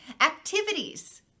Activities